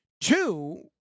Two